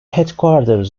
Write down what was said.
headquarters